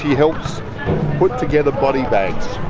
helps put together body bags.